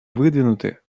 выдвинуты